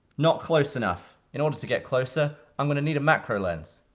not close enough. in order to get closer, i'm gonna need a macro lens.